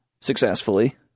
successfully